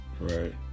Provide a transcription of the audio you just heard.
Right